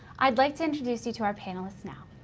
i'd like to introduce you to our panelists now.